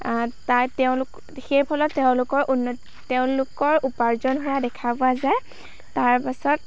তাত তেওঁলোক সেইফালে তেওঁলোকৰ উন্নতি তেওঁলোকৰ উপাৰ্জন হোৱা দেখা পোৱা যায় তাৰ পাছত